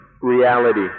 reality